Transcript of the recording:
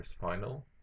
final